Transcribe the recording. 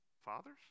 fathers